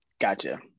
Gotcha